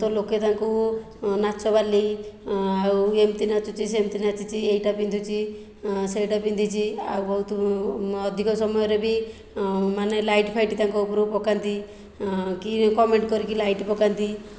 ତ ଲୋକେ ତାଙ୍କୁ ନାଚବାଲି ଆଉ ଏମିତି ନାଚୁଛି ସେମିତି ନାଚୁଛି ଏଇଟା ପିନ୍ଧୁଛି ସେଇଟା ପିନ୍ଧିଛି ଆଉ ବହୁତ ଅଧିକ ସମୟରେ ବି ମାନେ ଲାଇଟ୍ ଫାଇଟ୍ ତାଙ୍କ ଉପରକୁ ପକାନ୍ତି କି କମେଣ୍ଟ କରିକି ଲାଇଟ୍ ପକାନ୍ତି